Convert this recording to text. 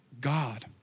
God